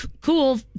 Cool